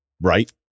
Right